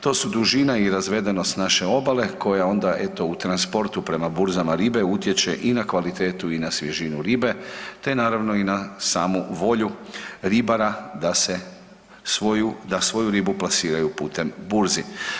To su dužina i razvedenost naše obale koja onda eto u transportu prema burzama ribe utječe i na kvalitetu i na svježinu ribe, te naravno i na samu volju ribara da svoju ribu plasiraju putem burzi.